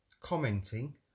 commenting